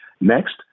Next